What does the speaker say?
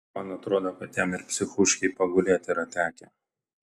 man atrodo kad jam ir psichūškėj pagulėt yra tekę